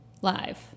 Live